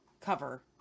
cover